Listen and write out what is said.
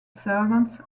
servants